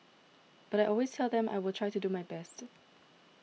but I always tell them I will try to do my best